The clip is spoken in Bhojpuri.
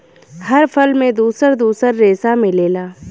हर फल में दुसर दुसर रेसा मिलेला